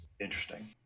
Interesting